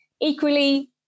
Equally